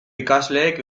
ikasleek